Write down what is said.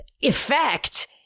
effect